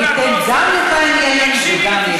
אני אתן גם לחיים ילין וגם,